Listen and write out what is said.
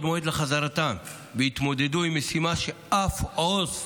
מועד לחזרתם והתמודדו עם משימה שאף עו"ס